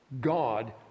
God